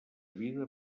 vida